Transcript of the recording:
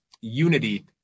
unity